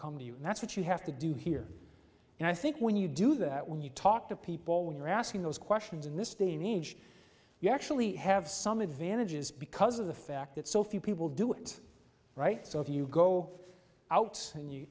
come to you and that's what you have to do here and i think when you do that when you talk to people when you're asking those questions in this day need you actually have some advantages because of the fact that so few people do it right so if you go out and you